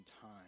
time